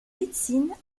médecine